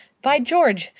by george,